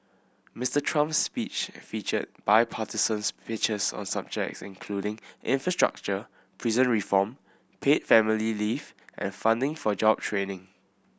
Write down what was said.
Mister Trump's speech featured bipartisan pitches on subjects including infrastructure prison reform paid family leave and funding for job training